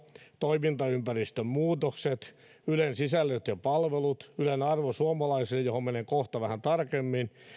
toimintaympäristön muutokset ylen sisällöt ja palvelut ylen arvo suomalaisille johon menen kohta vähän tarkemmin